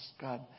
God